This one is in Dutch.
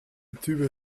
tube